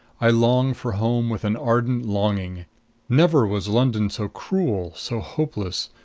i long for home with an ardent longing never was london so cruel, so hopeless,